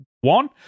one